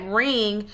ring